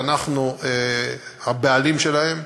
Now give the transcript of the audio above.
שאנחנו הבעלים שלהם.